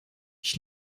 ich